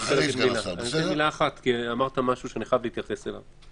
אמרת משהו שאני חייב להתייחס אליו.